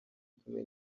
kumwe